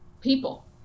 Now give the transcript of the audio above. people